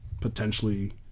potentially